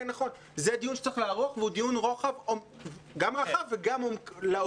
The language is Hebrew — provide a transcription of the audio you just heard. זה דיון שצריך לערוך והוא דיון גם לרוחב וגם לעומק